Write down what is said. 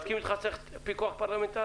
מסכים איתך שצריך פיקוח פרלמנטרי,